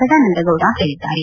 ಸದಾನಂದಗೌಡ ಹೇಳಿದ್ದಾರೆ